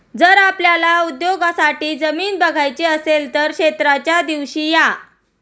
जर आपल्याला उद्योगासाठी जमीन बघायची असेल तर क्षेत्राच्या दिवशी या